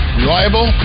Reliable